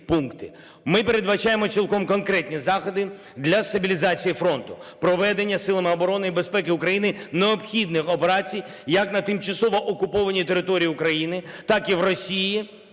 Ми передбачаємо цілком конкретні заходи для стабілізації фронту, проведення силами оборони і безпеки України необхідних операцій як на тимчасово окупованій території України, так і в Росії